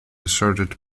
asserted